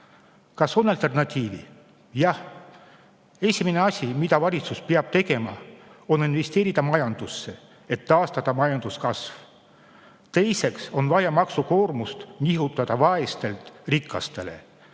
Kas on alternatiivi? Jah. Esimene asi, mida valitsus peab tegema, on investeerida majandusse, et taastada majanduskasv. Teiseks on vaja maksukoormust nihutada vaestelt rikastele.